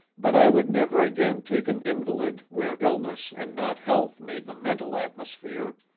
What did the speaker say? but i would never again take an invalid where illness and not health made the mental atmosphere.